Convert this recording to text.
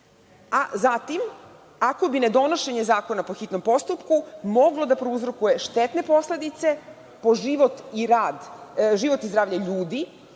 a zatim, ako bi nedonošenje zakona po hitnom postupku moglo da prouzrokuje štetne posledice po život i zdravlje ljudi,